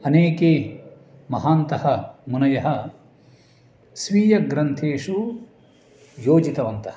अनेके महान्तः मुनयः स्वीयग्रन्थेषु योजितवन्तः